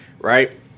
Right